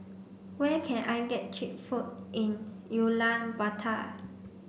where can I get cheap food in Ulaanbaatar